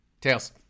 tails